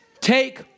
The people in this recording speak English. take